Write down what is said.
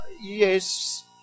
yes